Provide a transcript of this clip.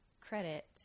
credit